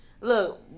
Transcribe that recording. look